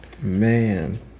man